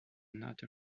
not